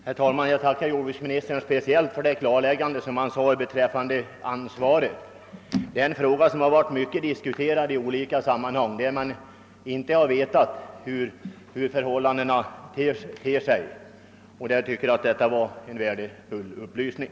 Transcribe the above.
Herr talman! Jag tackar jordbruksministern speciellt för det klarläggande han gjorde beträffande ansvarsfrågan. Den frågan har varit mycket diskuterad i olika sammanhang, och man har inte vetat hur det förhåller sig. Jag tycker att det var en värdefull upplysning.